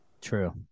True